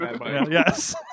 Yes